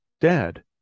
Dad